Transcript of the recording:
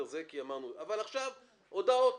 אבל עכשיו הודעות